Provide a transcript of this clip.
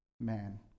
man